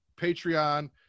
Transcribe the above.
Patreon